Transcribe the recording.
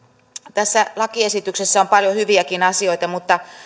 tässä lakiesityksessä on paljon hyviäkin asioita mutta